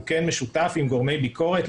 הוא כן משותף עם גורמי ביקורת,